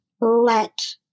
let